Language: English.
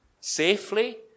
safely